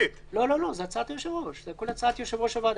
הוועדה.